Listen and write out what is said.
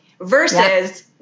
versus